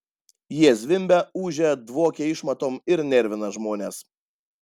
jie zvimbia ūžia dvokia išmatom ir nervina žmones